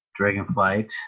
Dragonflight